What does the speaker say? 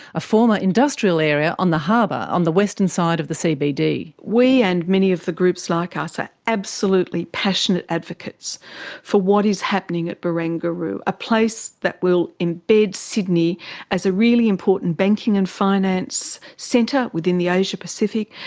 a former industrial area on the harbour on the western side of the cbd. we and many of the groups like us are absolutely passionate advocates for what is happening at barangaroo, a place that will embed sydney as a really important banking and finance centre within the asia pacific.